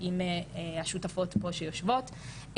עם השותפות פה שיושבות.